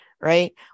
right